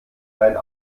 deinen